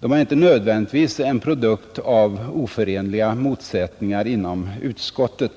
De är inte nödvändigtvis en produkt av oförenliga motsättningar inom utskottet.